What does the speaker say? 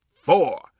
four